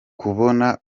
kubona